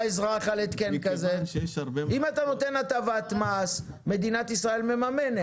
אם אתה נותן הטבת מס, מדינת ישראל מממנת.